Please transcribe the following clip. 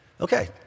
Okay